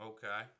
Okay